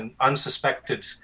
unsuspected